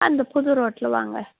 அந்த புது ரோட்டில் வாங்க